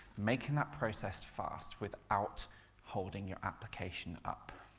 making that process fast without holding your application up.